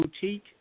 Boutique